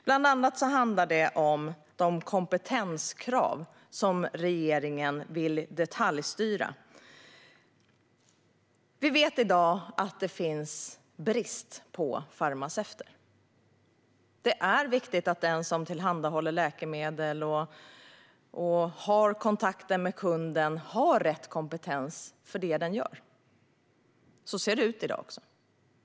Bland annat handlar det om de kompetenskrav som regeringen vill detaljstyra. Vi vet att det i dag råder brist på farmaceuter. Det är viktigt att den som tillhandahåller läkemedel och har kontakter med kunden har rätt kompetens för det han eller hon gör. Så ser det också ut i dag.